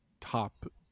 top